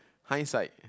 hindsight